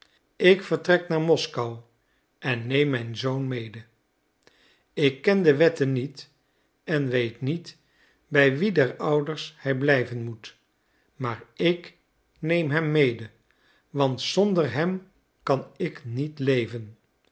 ik vertrek naar moskou en neem mijn zoon mede ik ken de wetten niet en weet niet bij wien der ouders hij blijven moet maar ik neem hem mede want zonder hem kan ik niet leven